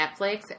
Netflix